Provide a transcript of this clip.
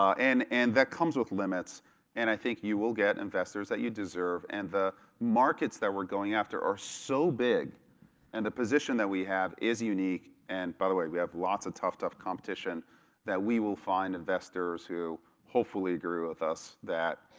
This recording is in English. and and that comes with limits and i think you will get investors that you deserve and the markets that we're going after are so big and the position that we have is unique. and by the way, we have lots of tough, tough competition that we will find investors who hopefully grew with us that,